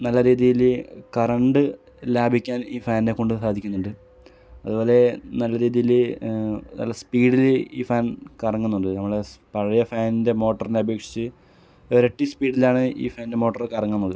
നല്ല രീതിയിൽ കറന്റ് ലാഭിക്കാൻ ഈ ഫാനിനെ കൊണ്ട് സാധിക്കുന്നുണ്ട് അത് പോലെ നല്ല രീതിയിൽ നല്ല സ്പീഡിൽ ഈ ഫാൻ കറങ്ങുന്നുണ്ട് നമ്മൾ പഴയ ഫാനിൻ്റെ മോട്ടോറിനെ അപേഷിച്ച് ഇരട്ടി സ്പീഡിലാണ് ഈ ഫാനിൻ്റെ മോട്ടറ് കറങ്ങുന്നത്